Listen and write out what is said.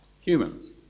humans